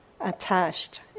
Attached